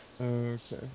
Okay